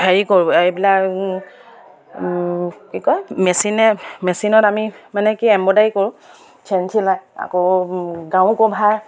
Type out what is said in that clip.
হেৰি কৰোঁ এইবিলাক কি কয় মেচিনে মেচিনত আমি মানে কি এম্ব্ৰইডাৰী কৰোঁ চেন চিলাই আকৌ গাৰু কভাৰ